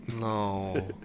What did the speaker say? No